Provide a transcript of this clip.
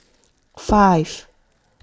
five